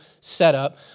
setup